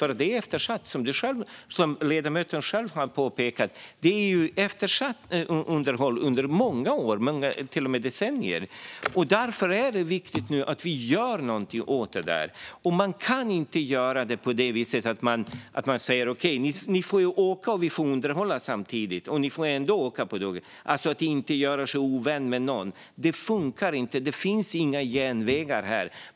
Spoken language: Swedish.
Det är eftersatt underhåll, som ledamoten själv har påpekat. Det har varit eftersatt underhåll under många år, till och med decennier. Därför är det nu viktigt att vi gör något åt det. Men man kan inte både åka med tåget och göra underhåll samtidigt, alltså att inte göra sig ovän med någon. Det funkar inte. Det finns inga genvägar.